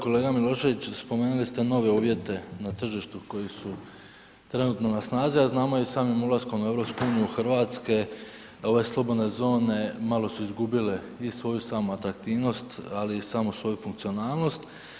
Kolega Milošević spomenuli ste nove uvjete na tržištu koji su trenutno na snazi, a znamo i samim ulaskom u EU hrvatske slobodne zone malo su izgubile i svoju samo atraktivnost, ali i samu svoju funkcionalnost.